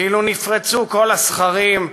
כאילו נפרצו כל הסכרים,